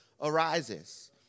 arises